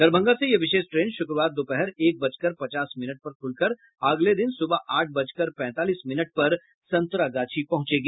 दरभंगा से यह विशेष ट्रेन शुक्रवार दोपहर एक बजकर पचास मिनट पर खुलकर अगले दिन सुबह आठ बजकर पैंतालीस मिनट पर संतरागाछी पहुंचेगी